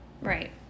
Right